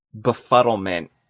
befuddlement